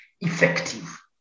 effective